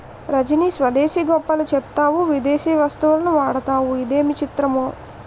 రజనీ స్వదేశీ గొప్పలు చెప్తావు విదేశీ వస్తువులు వాడతావు ఇదేమి చిత్రమో